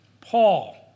Paul